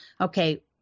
okay